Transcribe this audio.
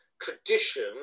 tradition